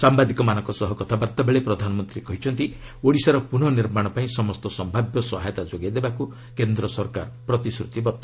ସାମ୍ବାଦିକମାନଙ୍କ ସହ କଥାବାର୍ତ୍ତାବେଳେ ପ୍ରଧାନମନ୍ତ୍ରୀ କହିଛନ୍ତି ଓଡ଼ିଶାର ପୁନଃ ନିର୍ମାଣ ପାଇଁ ସମସ୍ତ ସମ୍ଭାବ୍ୟ ସହାୟତା ଯୋଗାଇଦେବାପାଇଁ କେନ୍ଦ୍ର ସରକାର ପ୍ରତିଶ୍ରତିବଦ୍ଧ